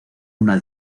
una